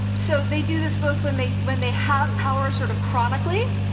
so they do this both when they when they have power sort of chronically,